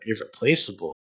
irreplaceable